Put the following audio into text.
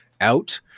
out